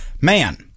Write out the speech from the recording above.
Man